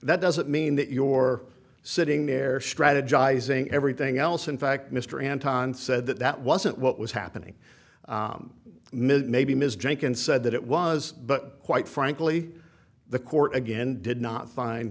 that doesn't mean that your sitting there strategizing everything else in fact mr anton said that that wasn't what was happening ms maybe ms jenkins said that it was but quite frankly the court again did not find